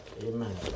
Amen